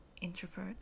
introvert